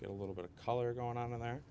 get a little bit of color going on in there